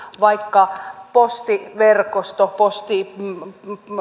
vaikka postiverkosto postiverkosto